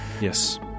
Yes